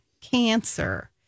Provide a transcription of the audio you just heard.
cancer